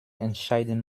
entscheiden